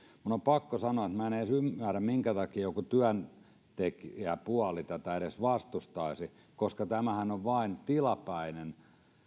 minun on pakko sanoa että minä en edes ymmärrä minkä takia joku työntekijäpuoli tätä edes vastustaisi koska tämähän on vain tilapäinen